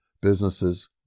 businesses